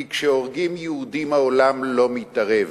כי כשהורגים יהודים העולם לא מתערב.